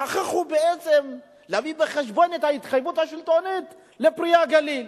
שכחו בעצם להביא בחשבון את ההתחייבות השלטונית ל"פרי הגליל".